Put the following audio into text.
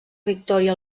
victòria